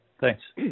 Thanks